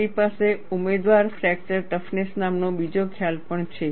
તમારી પાસે ઉમેદવાર ફ્રેક્ચર ટફનેસ નામનો બીજો ખ્યાલ પણ છે